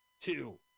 Two